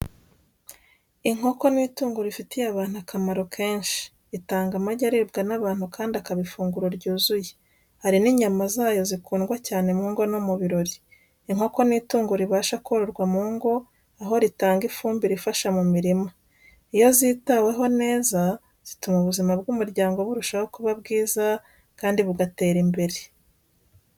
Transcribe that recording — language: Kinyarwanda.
Inkoko ni itungo rifitiye abantu akamaro kenshi. Itanga amagi aribwa n'abantu kandi akaba ifunguro ryuzuye. Hari n'inyama zayo zikundwa cyane mu ngo no mu birori. Inkoko ni itungo ribasha kororwa mu ngo aho ritanga ifumbire ifasha mu mirima. Iyo zitaweho neza zituma ubuzima bw’umuryango burushaho kuba bwiza, kandi bugatera imbere.